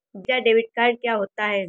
Visa debit card क्या होता है?